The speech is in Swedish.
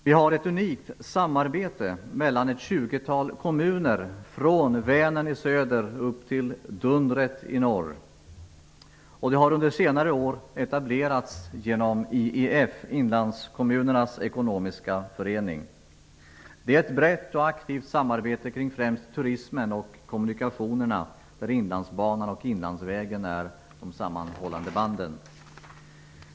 Vi har ett unikt samarbete mellan ett tjugotal kommuner från Vänern i söder upp till Dundret i norr, och detta har under senare år etablerats genom IEF, Inlandskommunernas ekonomiska förening. Det är ett brett och aktivt samarbete kring främst turismen och kommunikationerna där Inlandsbanan och inlandsvägen är de sammanhållande banden.